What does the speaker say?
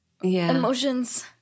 emotions